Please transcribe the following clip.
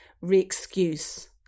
re-excuse